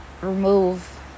remove